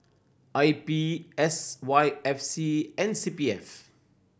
I P S Y F C and C P F